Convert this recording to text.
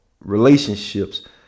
relationships